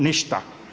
Ništa.